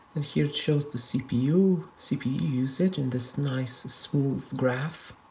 and here it shows the cpu, cpu usage in this nice smooth graph,